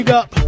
up